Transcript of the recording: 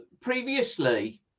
previously